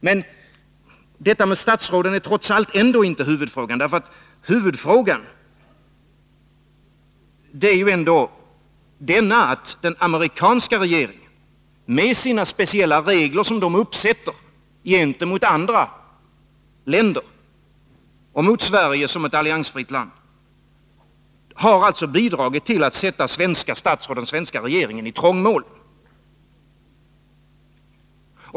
Men detta med statsråden är trots allt inte frågan, för huvudfrågan gäller ändå att den amerikanska regeringen — med de speciella regler som den sätter upp gentemot andra länder och mot Sverige som alliansfritt land — har bidragit till att sätta den svenska regeringen i trångmål.